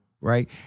right